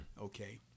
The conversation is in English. Okay